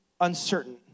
uncertain